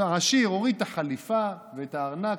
אותו עשיר הוריד את החליפה ואת הארנק,